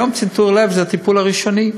היום צנתור לב הוא הטיפול הראשוני.